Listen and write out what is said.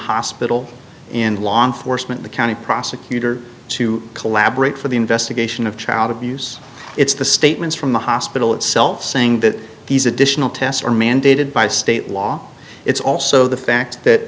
hoss spittal in law enforcement the county prosecutor to collaborate for the investigation of child abuse it's the statements from the hospital itself saying that these additional tests are mandated by state law it's also the fact that